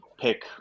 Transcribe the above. pick